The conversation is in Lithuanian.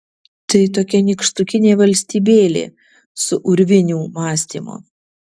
tai tokia nykštukinė valstybėlė su urvinių mąstymu